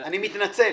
אני מתנצל.